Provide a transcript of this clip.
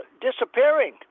disappearing